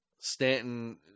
Stanton